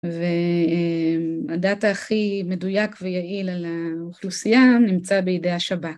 ‫והדת הכי מדויק ויעיל על האוכלוסייה ‫נמצא בידי השבה.